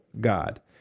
God